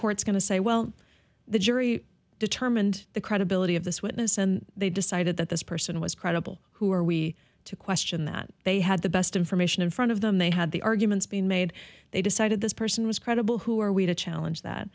court's going to say well the jury determined the credibility of this witness and they decided that this person was credible who are we to question that they had the best information in front of them they had the arguments being made they decided this person was credible who are we to challenge that